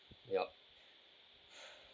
ya